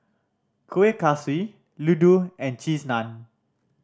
Kueh Kaswi laddu and Cheese Naan